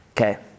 Okay